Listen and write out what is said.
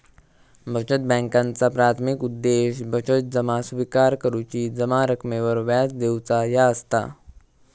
बचत बॅन्कांचा प्राथमिक उद्देश बचत जमा स्विकार करुची, जमा रकमेवर व्याज देऊचा ह्या असता